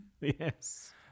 Yes